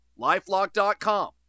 LifeLock.com